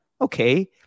Okay